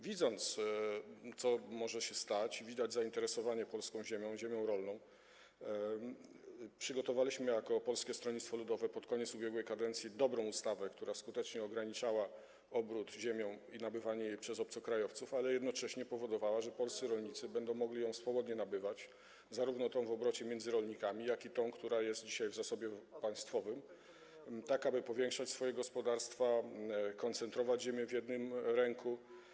Wiedząc, co może się stać i widząc zainteresowanie polską ziemią rolną, jako Polskie Stronnictwo Ludowe przygotowaliśmy pod koniec ubiegłej kadencji dobrą ustawę, która skutecznie ograniczała obrót ziemią i nabywanie jej przez obcokrajowców, ale jednocześnie powodowała, że polscy rolnicy mogliby tę ziemię swobodnie nabywać - zarówno tę w obrocie między rolnikami, jak i tę, która jest dzisiaj w zasobie państwowym - tak aby powiększać swoje gospodarstwa, koncentrować ziemię w jednym ręku.